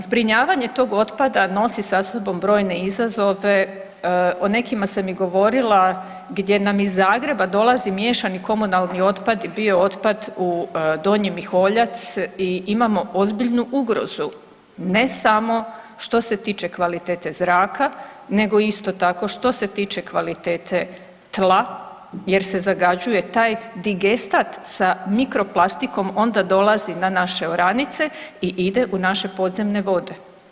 Zbrinjavanje tog otpada nosi sa sobom brojne izazove, o nekima sam i govorila gdje nam iz Zagreba dolazi miješani komunalni otpad i biootpad u Donji Miholjac i imamo ozbiljnu ugrozu, ne samo što se tiče kvalitete zraka nego isto tako, što se tiče kvalitete tla jer se zagađuje taj digestat sa mikroplastikom, onda dolazi na naše oranice i ide u naše podzemne vode.